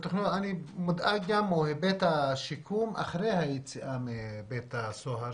אני מודאג גם מהיבט השיקום אחרי היציאה מבית הסוהר,